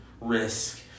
risk